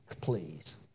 Please